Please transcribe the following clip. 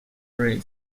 prey